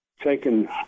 taken